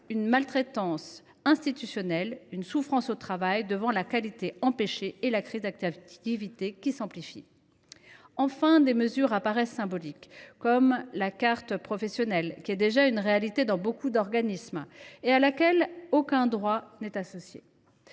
une maltraitance institutionnelle, à une souffrance au travail devant la qualité empêchée et à une amplification de la crise d’attractivité. Enfin, des mesures paraissent symboliques, comme la carte professionnelle, qui est déjà une réalité dans beaucoup d’organismes et à laquelle aucun droit n’est associé.